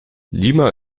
lima